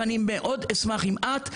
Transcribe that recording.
ואני מאוד אשמח אם את,